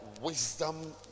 wisdom